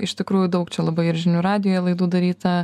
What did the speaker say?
iš tikrųjų daug čia labai ir žinių radijo laidų daryta